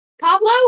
Pablo